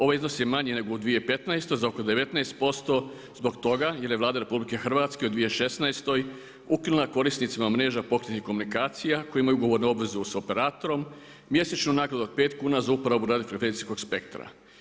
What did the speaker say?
Ovaj iznos je manji nego u 2015. za oko 19% zbog toga jer je Vlada RH u 2016. ukinula korisnicima mreža pokretnih komunikacija koji imaju ugovornu obvezu s operatorom mjesečnu naknadu od 5 kuna za uporabu radio frekvencijskog spektra.